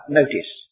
notice